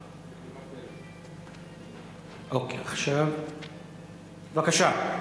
אוקיי, עכשיו, בבקשה.